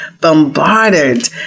bombarded